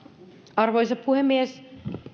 arvoisa puhemies